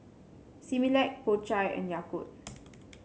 Similac Po Chai and Yakult